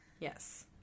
Yes